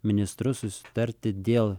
ministrus susitarti dėl